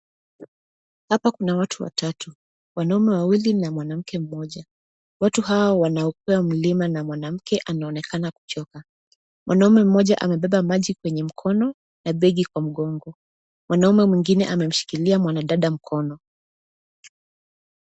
Hapa kuna watu watatu, wanaume wawili na mwanamke mmoja. Wote hawa wanaukwea mlima na mwanamke anaonekana kuchoka. Mwanaume mmoja amebeba maji kwenye mkono na begi kwa mgongo. Mwanaume mwingine amemshikilia mwanadada mkono.